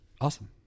Awesome